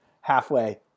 halfway